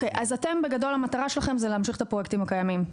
אז בגדול המטרה שלכם היא להמשיך את הפרויקטים הקיימים?